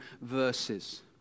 verses